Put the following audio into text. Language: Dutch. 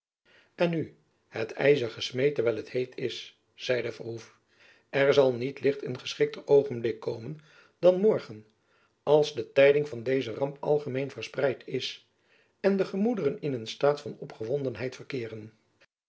en nu het ijzer gesmeed terwijl het heet is zeide verhoef er zal niet licht een geschikter oogenblik komen dan morgen als de tijding van deze ramp algemeen verspreid is en de gemoederen in een staat van opgewondenheid verkeeren